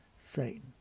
Satan